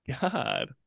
God